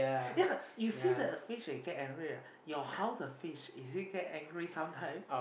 ya you see the fish they get angry right your house the fish is it get angry sometimes